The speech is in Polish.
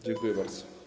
Dziękuję bardzo.